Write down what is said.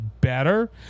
better